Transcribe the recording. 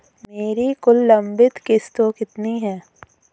मेरी कुल लंबित किश्तों कितनी हैं?